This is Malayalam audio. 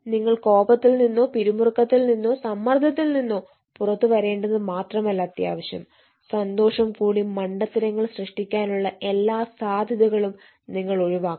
നിങ്ങൾ കോപത്തിൽ നിന്നോ പിരിമുറുക്കത്തിൽ നിന്നോ സമ്മർദ്ദത്തിൽ നിന്നോ പുറത്തുവരേണ്ടത് മാത്രമല്ല അത്യാവശ്യം സന്തോഷം കൂടി മണ്ടത്തരങ്ങൾ സൃഷ്ടിക്കാനുള്ള എല്ലാ സാധ്യതകളും നിങ്ങൾ ഒഴിവാക്കണം